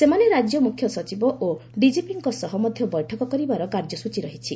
ସେମାନେ ରାଜ୍ୟ ମ୍ରଖ୍ୟ ସଚିବ ଓ ଡିକିପିଙ୍କ ସହ ମଧ୍ୟ ବୈଠକ କରିବାର କାର୍ଯ୍ୟସ୍ତଚୀ ରହିଛି